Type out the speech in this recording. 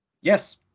Yes